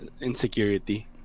insecurity